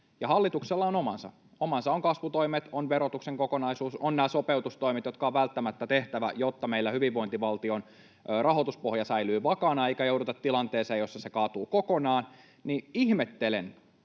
hallituksella on omansa: on kasvutoimet, on verotuksen kokonaisuus, on nämä sopeutustoimet, jotka on välttämättä tehtävä, jotta meillä hyvinvointivaltion rahoituspohja säilyy vakaana eikä jouduta tilanteeseen, jossa se kaatuu kokonaan. Ihmettelen,